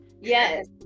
Yes